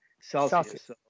celsius